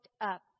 up